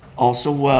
also,